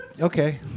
okay